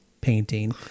painting